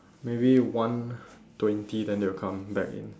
maybe one twenty then they'll come back in